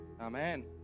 amen